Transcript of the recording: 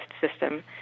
system